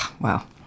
wow